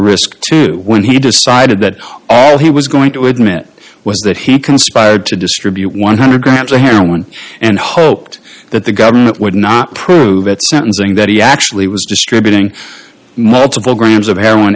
risk when he decided that all he was going to admit was that he conspired to distribute one hundred grams of heroin and hoped that the government would not prove at sentencing that he actually was distributing multiple grams of heroin